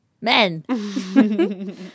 men